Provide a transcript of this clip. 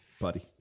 Buddy